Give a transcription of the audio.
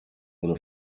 würde